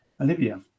Olivia